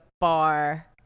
bar